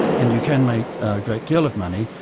and you can make a great deal of money.